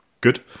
Good